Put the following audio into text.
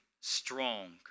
strong